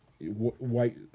White